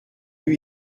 eue